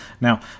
now